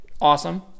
Awesome